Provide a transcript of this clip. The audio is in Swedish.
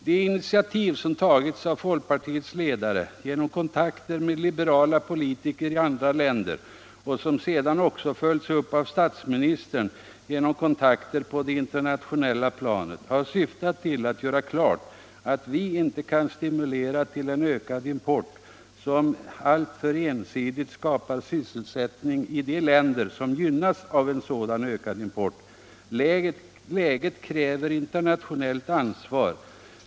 De initiativ som tagits av folkpartiets ledare genom kontakter med liberala politiker i andra länder och som sedan också följts upp av statsministern genom kontakter på det internationella planet har syftat till att göra klart att vi inte kan stimulera till en ökad import, som alltför ensidigt skapar sysselsättning i de länder som gynnas av en sådan ökad import. Läget kräver internationellt ansvar.